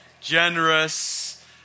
generous